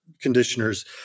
conditioners